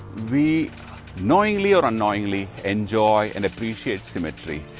we knowingly or unknowingly enjoy and appreciate symmetry.